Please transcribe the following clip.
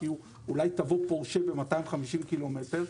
כי אולי תביא פורשה במהירות של 250 קמ"ש.